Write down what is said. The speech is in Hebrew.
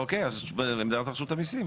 אוקיי --- רשות המיסים.